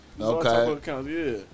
Okay